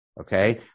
Okay